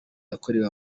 yakorewe